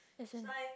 as in